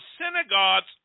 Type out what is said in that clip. synagogues